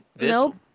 Nope